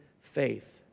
faith